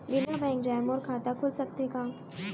बिना बैंक जाए मोर खाता खुल सकथे का?